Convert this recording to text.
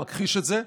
מכחיש את זה.